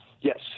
Yes